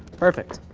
perfect,